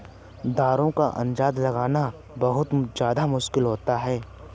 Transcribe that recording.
दरों का अंदाजा लगाना बहुत ज्यादा मुश्किल होता है